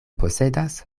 posedas